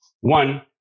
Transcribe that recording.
One